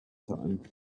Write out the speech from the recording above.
time